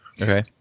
Okay